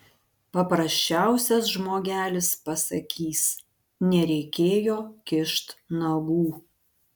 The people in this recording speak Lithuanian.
paprasčiausias žmogelis pasakys nereikėjo kišt nagų